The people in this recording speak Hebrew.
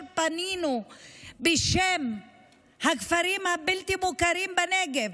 פנינו בשם הכפרים הבלתי-מוכרים בנגב,